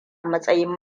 matsayin